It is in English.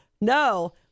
No